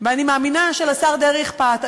ואני מאמינה שלשר דרעי אכפת.